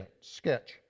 sketch